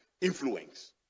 influence